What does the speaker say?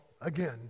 again